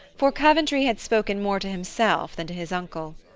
for coventry had spoken more to himself than to his uncle.